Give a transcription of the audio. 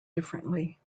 differently